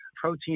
protein